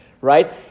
Right